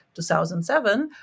2007